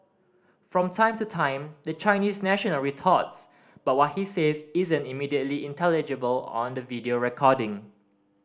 from time to time the Chinese national retorts but what he says isn't immediately intelligible on the video recording